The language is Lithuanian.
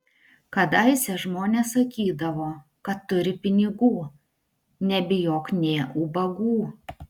kadaise žmonės sakydavo kad turi pinigų nebijok nė ubagų